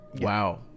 Wow